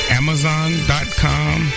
amazon.com